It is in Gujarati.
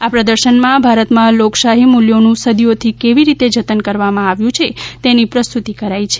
આ પ્રદર્શનમાં ભારતમાં લોકશાહી મૂલ્યોનું સદીઓથી કેવી રીતે જતન કરવામાં આવ્યું છે તેની પ્રસ્તુતિ કરાઈ છે